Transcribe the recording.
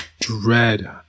dread